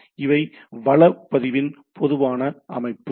எனவே இவை வள பதிவின் பொதுவான அமைப்பு